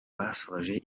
basoje